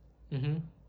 mmhmm